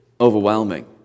overwhelming